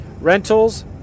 Rentals